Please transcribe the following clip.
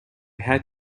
had